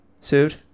suit